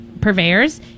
purveyors